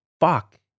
fuck